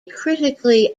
critically